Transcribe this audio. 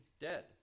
dead